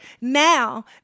now